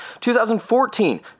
2014